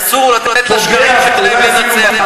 אסור לתת לשקרים שלהם לנצח.